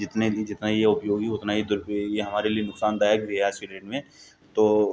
जितने भी जितना ये उपयोगी उतना ही दुरुपयोग ये हमारे लिए नुकसानदायक भी है आज की डेट में तो